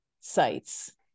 sites